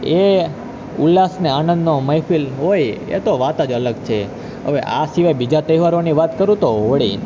એ ઉલ્લાસ ને આનંદનો મહેફિલ હોય એ તો વાત જ અલગ છે હવે આ સિવાય બીજા તહેવારોની વાત કરું તો હોળી